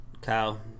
Kyle